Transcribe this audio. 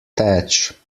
thatch